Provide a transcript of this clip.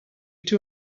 two